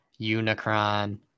Unicron